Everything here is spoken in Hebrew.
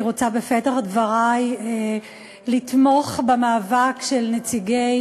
אני רוצה בפתח דברי לתמוך במאבק של נציגי